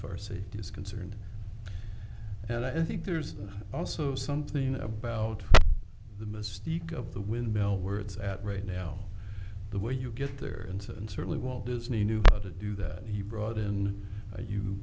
safety is concerned and i think there's also something about the mystique of the windmill where it's at right now the way you get there into and certainly walt disney knew how to do that he brought in you